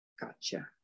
gotcha